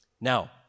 Now